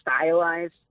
stylized